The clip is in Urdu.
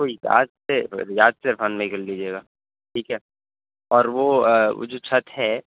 کوئی یاد سے یاد سے عرفان بھائی کر لیجیے گا ٹھیک ہے اور وہ وہ جو چھت ہے